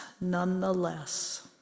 nonetheless